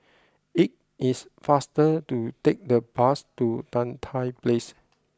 it is faster to take the bus to Tan Tye Place